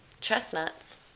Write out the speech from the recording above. chestnuts